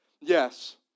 Yes